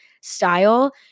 style